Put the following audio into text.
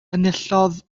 enillodd